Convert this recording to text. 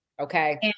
Okay